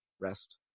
rest